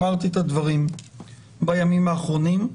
אמרתי את הדברים בימים האחרונים.